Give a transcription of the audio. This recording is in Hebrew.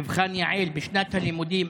האחרון בעקבות מבחן יע"ל וכמה מתוכם הם סטודנטים